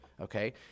okay